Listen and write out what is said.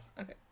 Okay